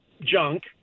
junk